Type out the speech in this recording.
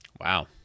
Wow